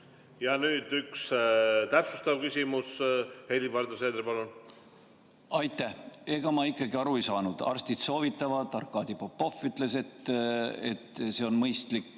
Nüüd üks täpsustav küsimus. Helir-Valdor Seeder, palun! Aitäh! Ega ma ikkagi aru ei saanud. Arstid soovitavad, Arkadi Popov ütles, et see on mõistlik,